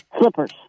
Slippers